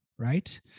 right